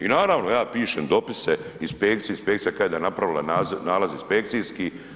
I naravno ja pišem dopise inspekciji, inspekcija kaže da je napravila nalaz inspekcijski.